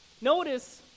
Notice